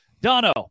Dono